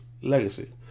Legacy